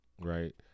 right